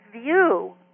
view